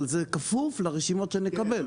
אבל זה כפוף לרשימות שאני מקבל.